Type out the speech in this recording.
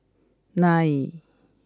nine